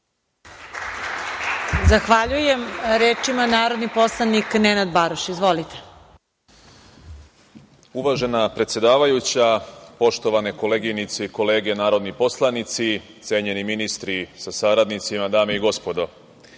Zahvaljujem. Reč ima narodni poslanik Nenad Baroš. Izvolite. **Nenad Baroš** Uvažena predsedavajuća, poštovane koleginice i kolege narodni poslanici, cenjeni ministri sa saradnicima, dame i gospodo,